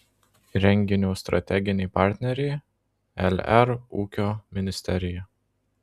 renginio strateginė partnerė lr ūkio ministerija